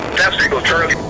eagle charlie,